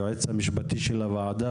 היועץ המשפטי של הוועדה,